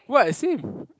what it's him